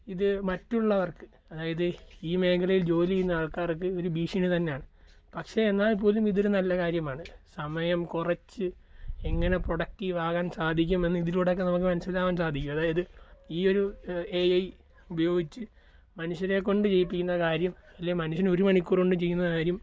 ഇത് മറ്റുള്ളവർക്ക് അതായത് ഈ മേഖലയിൽ ജോലി ചെയ്യുന്ന ആൾക്കാർക്ക് ഒരു ഭീഷണി തന്നെ ആണ് പക്ഷേ എന്നാൽ പോലും ഇതൊരു നല്ല കാര്യമാണ് സമയം കുറച്ച് എങ്ങനെ പ്രൊഡക്റ്റീവ് ആകാൻ സാധിക്കും എന്ന് ഇതിലൂടെ ഒക്കെ നമുക്ക് മനസ്സിലാവാൻ സാധിക്കും അതായത് ഈ ഒരു എ ഐ ഉപയോഗിച്ച് മനുഷ്യരെ കൊണ്ട് ചെയ്യിപ്പിക്കുന്ന കാര്യം അല്ലെങ്കിൽ മനുഷ്യൻ ഒരു മണിക്കൂർ കൊണ്ട് ചെയ്യുന്ന കാര്യം